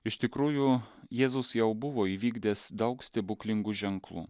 iš tikrųjų jėzus jau buvo įvykdęs daug stebuklingų ženklų